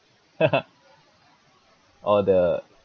all the